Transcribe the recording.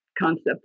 concept